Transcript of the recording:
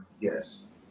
Yes